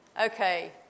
Okay